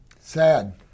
sad